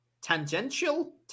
Tangential